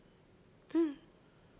mm